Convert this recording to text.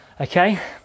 okay